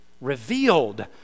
Revealed